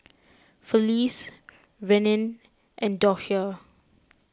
Felice Rennie and Docia